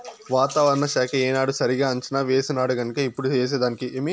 వాతావరణ శాఖ ఏనాడు సరిగా అంచనా వేసినాడుగన్క ఇప్పుడు ఏసేదానికి